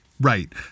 Right